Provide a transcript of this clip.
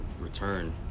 return